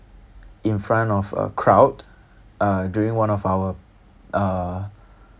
in front of a crowd uh during one of our uh